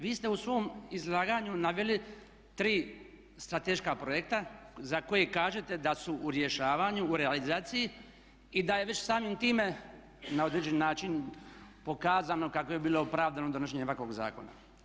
Vi ste u svom izlaganju naveli 3 strateška projekta za koji kažete da su u rješavanju, u realizaciji i da je već samim time na određen način pokazano kako je bilo opravdano donošenje ovakvog zakona.